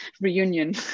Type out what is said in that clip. reunion